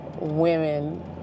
women